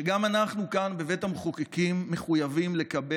שגם אנחנו כאן בבית המחוקקים מחויבים לקבע